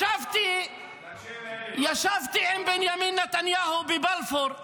ישבתי עם בנימין נתניהו בבלפור.